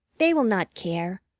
they will not care.